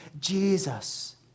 Jesus